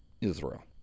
Israel